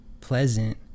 pleasant